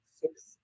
six